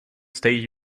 state